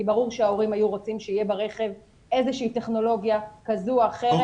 כי ברור שההורים היו רוצים שתהיה ברכב איזה שהיא טכנולוגיה כזו או אחרת,